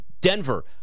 Denver